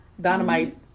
dynamite